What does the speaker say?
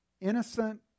innocent